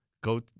go